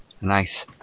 nice